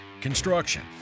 construction